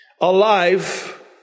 alive